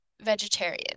vegetarian